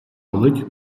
болить